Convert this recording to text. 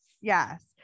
Yes